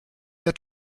der